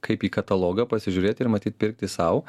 kaip į katalogą pasižiūrėt ir matyt pirkti sau